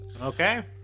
Okay